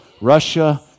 Russia